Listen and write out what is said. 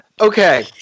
Okay